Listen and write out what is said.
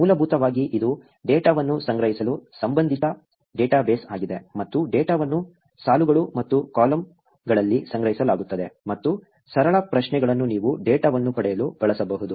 ಮೂಲಭೂತವಾಗಿ ಇದು ಡೇಟಾವನ್ನು ಸಂಗ್ರಹಿಸಲು ಸಂಬಂಧಿತ ಡೇಟಾಬೇಸ್ ಆಗಿದೆ ಮತ್ತು ಡೇಟಾವನ್ನು ಸಾಲುಗಳು ಮತ್ತು ಕಾಲಮ್ಗಳಲ್ಲಿ ಸಂಗ್ರಹಿಸಲಾಗುತ್ತದೆ ಮತ್ತು ಸರಳ ಪ್ರಶ್ನೆಗಳನ್ನು ನೀವು ಡೇಟಾವನ್ನು ಪಡೆಯಲು ಬಳಸಬಹುದು